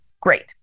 great